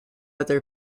other